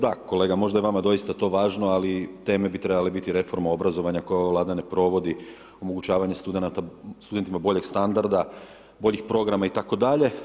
Da, kolega možda je to vama doista važno, ali teme bi trebale biti reforma obrazovanja koju ova Vlada ne provodi, omogućavanje studentima bolji standard, boljih programa itd.